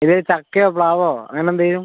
ഇതില് ചക്കയോ പ്ലാവോ അങ്ങനെ എന്തെങ്കിലും